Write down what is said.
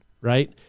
right